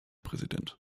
präsident